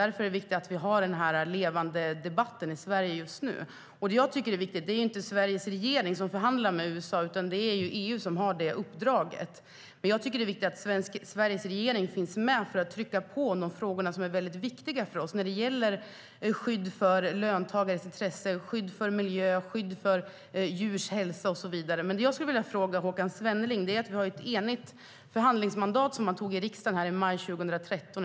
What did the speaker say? Därför är det viktigt att vi nu har denna levande debatt i Sverige.Jag skulle vilja fråga Håkan Svenneling något. Vi har ett enigt förhandlingsmandat som riksdagen beslutade om i maj 2013.